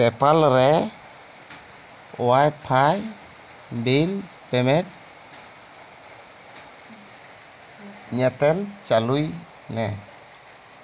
PayPal ᱨᱮ wifi bill payment ᱧᱮᱛᱮᱞ ᱪᱟᱞᱩᱭ ᱢᱮ